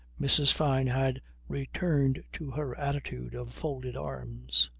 mrs. fyne had returned to her attitude of folded arms.